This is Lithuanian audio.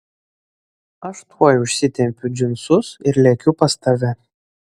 aš tuoj užsitempiu džinsus ir lekiu pas tave